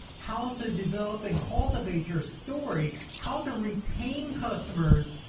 how to develop and cultivate your story, how to retain customers,